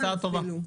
כן, הצעה טובה.